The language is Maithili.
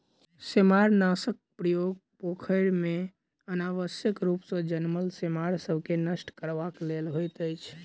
सेमारनाशकक प्रयोग पोखैर मे अनावश्यक रूप सॅ जनमल सेमार सभ के नष्ट करबाक लेल होइत अछि